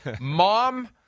mom